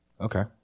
Okay